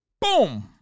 Boom